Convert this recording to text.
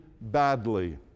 Badly